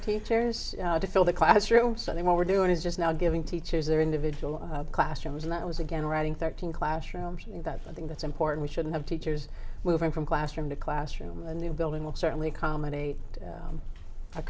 teachers to fill the classroom so then what we're doing is just now giving teachers their individual classrooms and that was again writing thirteen classrooms and that i think that's important we shouldn't have teachers moving from classroom to classroom a new building will certainly accommodate